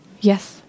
Yes